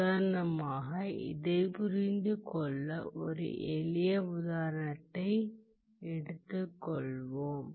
உதாரணமாக இதைப் புரிந்து கொள்ள ஒரு எளிய உதாரணத்தை எடுத்துக் கொள்வோம்